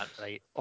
right